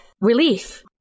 relief